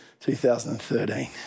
2013